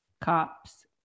cops